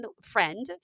friend